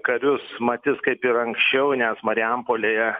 karius matys kaip ir anksčiau nes marijampolėje